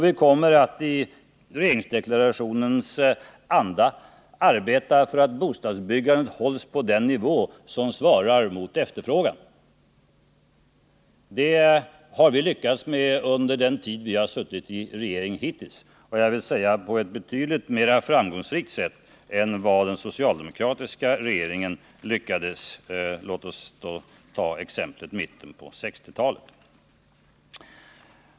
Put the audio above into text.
Vi kommer att i regeringsdeklarationens anda arbeta för att bostadsbyggandet hålls på den nivå som svarar mot efterfrågan. Det har vi under den tid vi hittills suttit i regeringen lyckats betydligt bättre med än vad den socialdemokratiska regeringen gjorde exempelvis under mitten av 1960-talet.